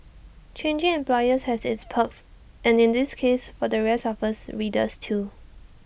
changing employers has its perks and in this case for the rest of us readers too